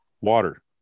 Water